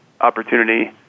opportunity